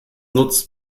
nutzt